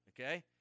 Okay